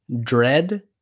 Dread